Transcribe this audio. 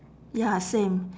ya same